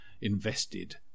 invested